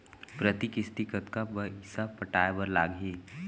प्रति किस्ती कतका पइसा पटाये बर लागही?